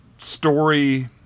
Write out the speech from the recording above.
story